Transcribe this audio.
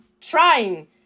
trying